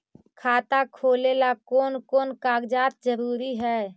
खाता खोलें ला कोन कोन कागजात जरूरी है?